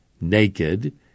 naked